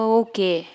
okay